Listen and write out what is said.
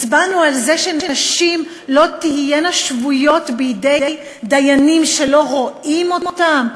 הצבענו על זה שנשים לא תהיינה שבויות בידי דיינים שלא רואים אותן?